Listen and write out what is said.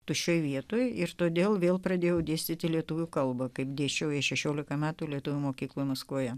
tuščioje vietoj ir todėl vėl pradėjau dėstyti lietuvių kalbą kaip dėsčiau jai šešiolika metų lietuvių mokyklą maskvoje